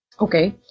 Okay